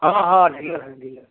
हाँ हाँ नीला है नीला